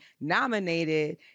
nominated